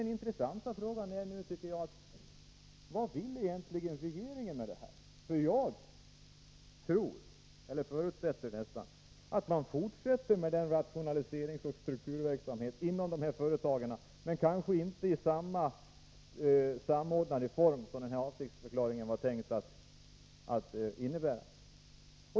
Den intressanta frågan är nu: Vad vill regeringen egentligen? Jag förutsätter nästan ått man fortsätter med rationaliseringsoch strukturverksamheten inom dessa företag, men kanske inte i samma samordnade form som avsiktsförklaringen var tänkt att innebära.